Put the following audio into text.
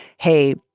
hey,